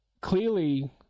Clearly